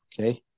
Okay